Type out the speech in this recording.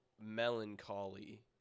melancholy